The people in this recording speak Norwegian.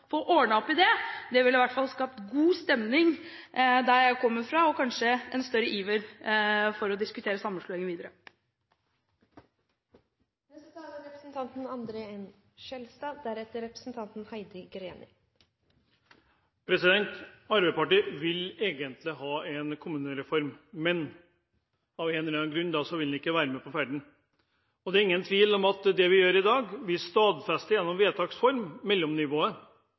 opp i det. Det ville i hvert fall skapt god stemning der jeg kommer fra, og kanskje en større iver etter å diskutere sammenslåing videre. Arbeiderpartiet vil egentlig ha en kommunereform, men av en eller annen grunn vil en ikke være med på ferden. Og det er ingen tvil om at det vi gjør i dag, er at vi stadfester i vedtaks form